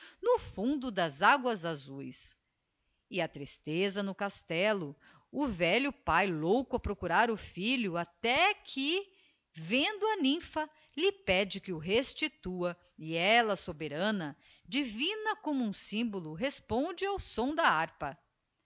no fundo das aguas azues e a tristeza no castello o velho pae louco a procurar o filho até que vendo a nvmpha lhe pede que o restitua e ella soberana divina como um symbolo responde ao som da harpa